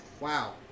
Wow